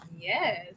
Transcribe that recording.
Yes